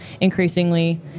increasingly